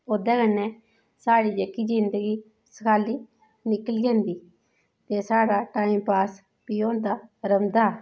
ओह्दे कन्नै साढ़ी जेह्की जिंदगी सखाली निकली जंदी ते साढ़ा टाइमपास बी होंदा रौंह्दा